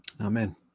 Amen